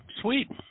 Sweet